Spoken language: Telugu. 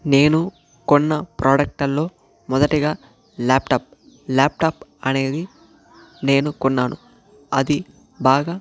నేను కొన్న ప్రాడక్ట్ లలో మొదటిగా ల్యాప్టాప్ ల్యాప్టాప్ అనేది నేను కొన్నాను అది బాగా